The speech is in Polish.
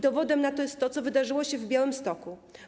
Dowodem na to jest to, co wydarzyło się w Białymstoku.